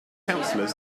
councillors